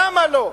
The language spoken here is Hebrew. למה לא?